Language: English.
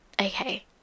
okay